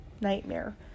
nightmare